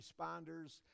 responders